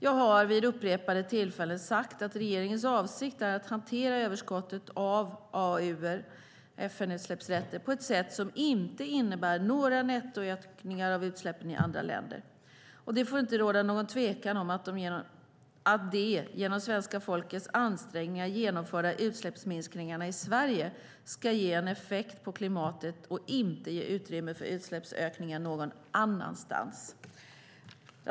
Jag har vid upprepade tillfällen sagt att regeringens avsikt är att hantera överskottet av AAU:er på ett sätt som inte innebär några nettoökningar av utsläppen i andra länder. Det får inte råda någon tvekan om att de genom svenska folkets ansträngningar genomförda utsläppsminskningarna i Sverige ska ge en effekt på klimatet och inte ge utrymme för utsläppsökningar någon annanstans.